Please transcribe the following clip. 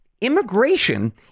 Immigration